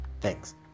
Thanks